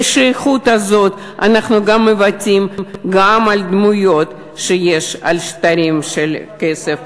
ואת השייכות הזאת אנחנו מבטאים גם בדמויות שעל שטרות של כסף.